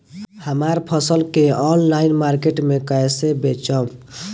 हमार फसल के ऑनलाइन मार्केट मे कैसे बेचम?